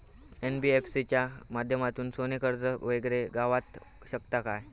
NBFC च्या माध्यमातून सोने कर्ज वगैरे गावात शकता काय?